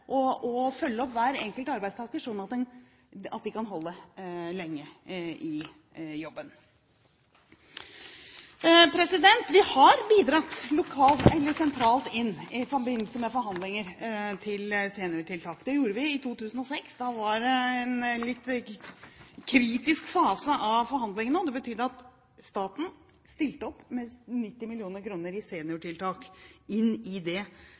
og finner ut av hvordan en skal klare å følge opp hver enkelt arbeidstaker slik at de kan stå lenge i jobben. Vi har bidratt lokalt eller sentralt i forbindelse med forhandlinger om seniortiltak. Det gjorde vi i 2006. Da var en litt kritisk fase av forhandlingene nådd. Staten stilte opp med 90 mill. kr i seniortiltak i det